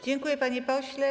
Dziękuję, panie pośle.